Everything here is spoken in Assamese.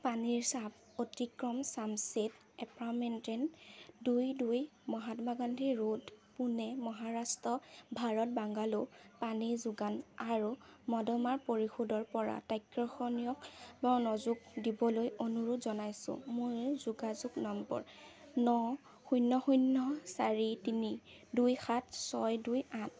পানীৰ চাপ অতি কম ছানচেট এপাৰ্টমেণ্ট দুই দুুই মহাত্মা গান্ধী ৰোড পুনে মহাৰাষ্ট্ৰ ভাৰত বাংগালোৰ পানী যোগান আৰু নৰ্দমা পৰিষদৰপৰা তাৎক্ষণিয় মনোযোগ দিবলৈ অনুৰোধ জনাইছোঁ মোৰ যোগাযোগ নম্বৰ ন শূন্য শূন্য চাৰি তিনি দুই সাত ছয় দুই আঠ